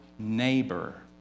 Neighbor